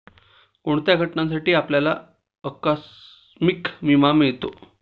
कोणत्या घटनांसाठी आपल्याला आकस्मिक विमा मिळतो?